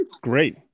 Great